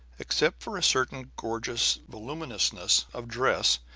except for a certain gorgeous voluminousness of dress,